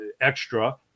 extra